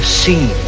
seen